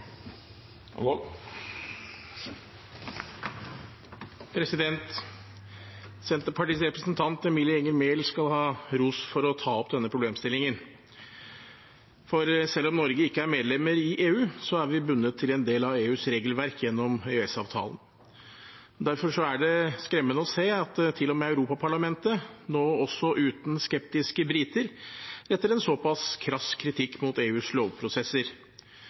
Senterpartiets representant Emilie Enger Mehl skal ha ros for å ta opp denne problemstillingen. For selv om Norge ikke er medlem av EU, er vi bundet til en del av EUs regelverk gjennom EØS-avtalen. Derfor er det skremmende å se at til og med Europaparlamentet, nå også uten skeptiske briter, retter en såpass krass kritikk mot EUs lovprosesser.